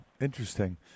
interesting